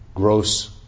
Gross